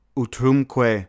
utrumque